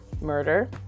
murder